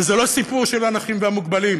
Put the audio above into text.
וזה לא סיפור של הנכים והמוגבלים,